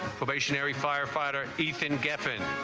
stationary firefighter ethan geffen